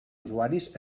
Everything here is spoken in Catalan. usuaris